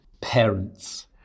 parents